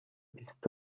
بیست